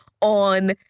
on